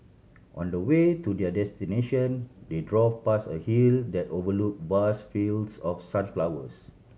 on the way to their destination they drove past a hill that overlook vast fields of sunflowers